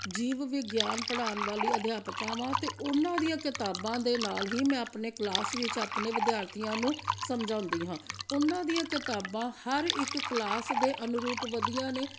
ਜੀਵ ਵਿਗਿਆਨ ਪੜ੍ਹਾਉਣ ਵਾਲੀ ਅਧਿਆਪਕਾ ਵਾਂ ਅਤੇ ਉਹਨਾਂ ਦੀਆਂ ਕਿਤਾਬਾਂ ਦੇ ਨਾਲ ਹੀ ਮੈਂ ਆਪਣੇ ਕਲਾਸ ਵਿੱਚ ਆਪਣੇ ਵਿਦਿਆਰਥੀਆਂ ਨੂੰ ਸਮਝਾਉਂਦੀ ਹਾਂ ਉਹਨਾਂ ਦੀਆਂ ਕਿਤਾਬਾਂ ਹਰ ਇੱਕ ਕਲਾਸ ਦੇ ਅਨਰੂਪ ਵਧੀਆ ਨੇ